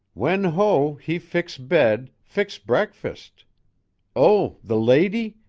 wen ho, he fix bed, fix breakfast oh, the lady?